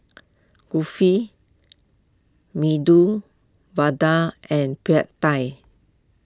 Kulfi Medu Vada and Pad Thai